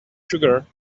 sugar